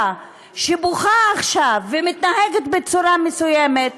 שבוכה עכשיו ומתנהגת בצורה מסוימת,